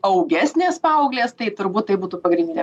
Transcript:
augesnės paauglės tai turbūt tai būtų pagrindinė